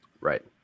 Right